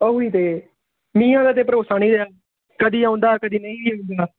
ਉਹੀ ਤਾਂ ਮੀਂਹਾਂ ਦਾ ਤਾਂ ਭਰੋਸਾ ਨਹੀਂ ਰਿਹਾ ਕਦੀ ਆਉਂਦਾ ਕਦੀ ਨਹੀਂ ਆਉਂਦਾ